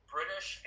British